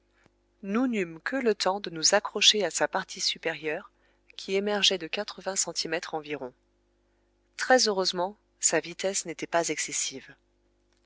nous n'eûmes que le temps de nous accrocher à sa partie supérieure qui émergeait de quatre-vingts centimètres environ très heureusement sa vitesse n'était pas excessive